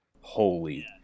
holy